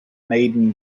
maiden